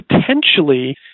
potentially